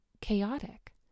chaotic